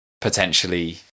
potentially